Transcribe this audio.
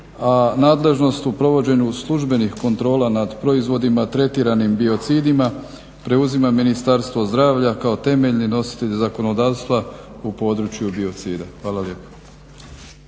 nadležnost u provođenju službenih kontrola nad proizvodima tretiranim biocidima preuzima Ministarstvo zdravlja kao temeljni nositelj zakonodavstva u području biocida. Hvala lijepo.